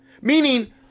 meaning